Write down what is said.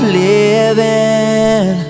living